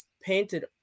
painted